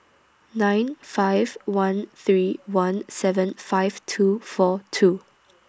nine five one three one seven five two four two